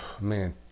man